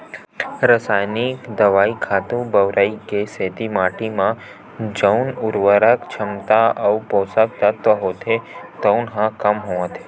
रसइनिक दवई, खातू बउरई के सेती माटी म जउन उरवरक छमता अउ पोसक तत्व होथे तउन ह कम होवत हे